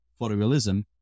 photorealism